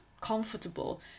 comfortable